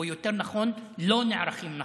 או יותר נכון לא נערכים נכון.